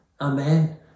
Amen